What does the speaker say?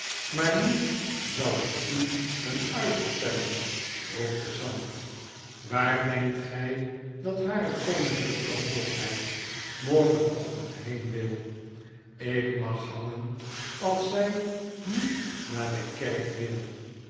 maar nu zal ik u een ui vertellen roept gezant waar denkt gy dat hare koninklyke hoogheid morgenochtend heen wil ik mag hangen als zy niet naar de kerh wil